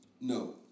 No